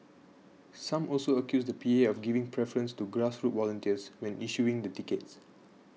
some also accused the P A of giving preference to grassroots volunteers when issuing the tickets